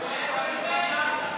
אהה.